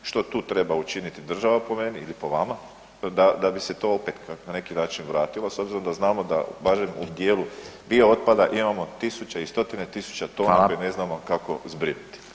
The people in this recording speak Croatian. Što tu treba učiniti država po meni ili po vama da bi se to opet na neki način vratilo s obzirom da znamo da barem u dijelu biootpada imamo tisuće i stotine tisuća tona koje ne znamo kako zbrinuti?